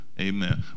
Amen